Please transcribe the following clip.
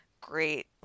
great